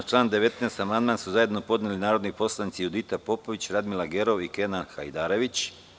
Na član 19. amandman su zajedno podneli narodni poslanici Judita Popović, Radmila Gerov i Kenan Hajdarević.